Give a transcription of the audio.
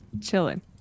chilling